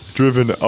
driven